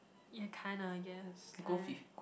ya kind ah I guess kind